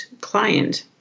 client